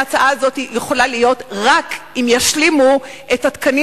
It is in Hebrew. ההצעה הזאת יכולה להיות רק אם ישלימו את התקנים